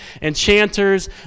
enchanters